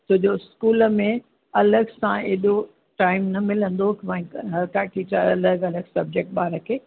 सॼो स्कूल में अलॻि सां अहिॾो टाइम न मिलंदो की मां हर का टीचर अलॻि अलॻि सब्जेक्ट ॿार के